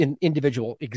individual